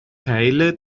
teile